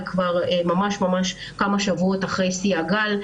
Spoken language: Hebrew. וכבר ממש ממש כמה שבועות אחרי שיא הגל,